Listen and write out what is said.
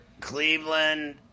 Cleveland